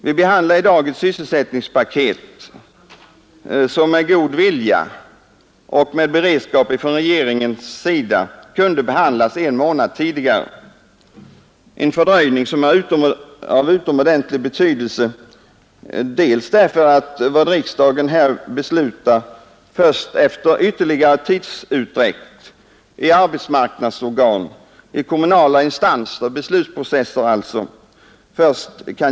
Vi behandlar i dag ett sysselsättningspaket som med god vilja och beredskap från regeringspartiet kunde behandlats en månad tidigare. Denna fördröjning är av utomordentlig betydelse dels därför att vad riksdagen beslutar först efter ytterligare tidsutdräkt genom beslutsprocesser i arbetsmarknadsorgan, i kommunala instanser etc.